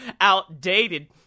outdated